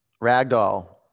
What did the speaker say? Ragdoll